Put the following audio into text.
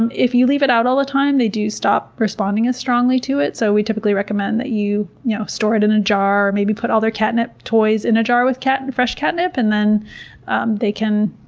and if you leave it out all the time, they do stop responding as strongly to it. so we typically recommend that you know store it in a jar, maybe put all their catnip toys in a jar with fresh catnip and then um they can